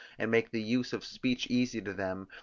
and make the use of speech easy to them,